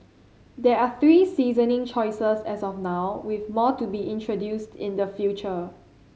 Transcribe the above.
there are three seasoning choices as of now with more to be introduced in the future